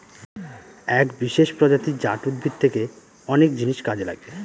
এক বিশেষ প্রজাতি জাট উদ্ভিদ থেকে অনেক জিনিস কাজে লাগে